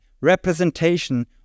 representation